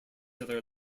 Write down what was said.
other